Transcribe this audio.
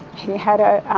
he had a